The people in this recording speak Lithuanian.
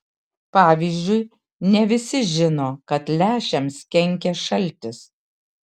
pavyzdžiui ne visi žino kad lęšiams kenkia šaltis